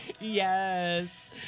yes